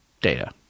data